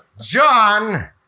John